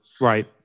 Right